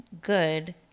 good